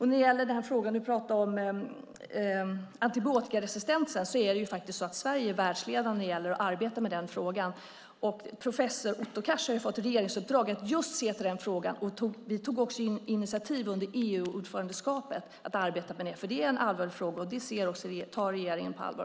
När det gäller frågan om antibiotikaresistens är Sverige världsledande när det gäller att arbeta med den. Professor Otto Cars har fått ett regeringsuppdrag att just se över den frågan. Vi tog också initiativ under EU-ordförandeskapet att arbeta med denna fråga eftersom det är en allvarlig fråga, och den tar regeringen på allvar.